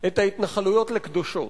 את ההתנחלויות לקדושות,